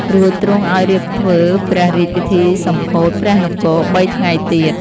រួចទ្រង់ឲ្យរៀបធ្វើព្រះរាជពិធីសម្ពោធព្រះនគរ ៣ថ្ងៃទៀត